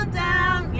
down